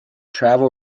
travel